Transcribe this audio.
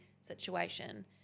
situation